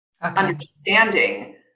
understanding